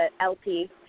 LP